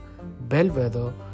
bellwether